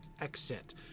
exit